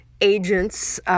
agents